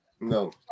No